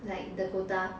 like dakota